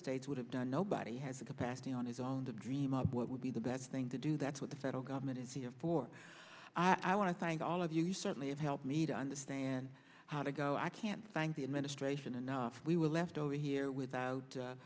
states would have done nobody has the capacity on his own to dream up what would be the best thing to do that's what the federal government is here for i want to thank all of you certainly have helped me to understand how to go i can't thank the administration enough we were left over here without